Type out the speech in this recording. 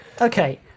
okay